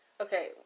Okay